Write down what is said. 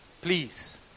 Please